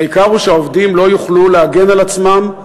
והעיקר הוא שהעובדים לא יוכלו להגן על עצמם,